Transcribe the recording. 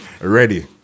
ready